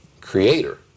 creator